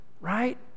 right